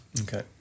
Okay